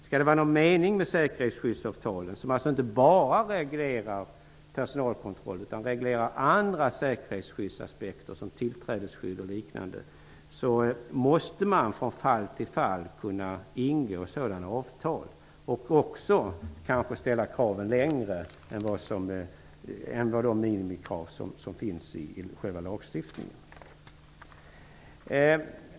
Skall det vara någon mening med säkerhetsskyddsavtalen, som inte bara reglerar personalkontroll utan även andra säkerhetsskyddsaspekter som tillträdesskydd och liknande, måste man från fall till fall kunna ingå sådana avtal och också kanske ställa kraven högre än de minimikrav som finns i själva lagstiftningen.